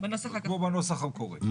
כמו בנוסח המקורי.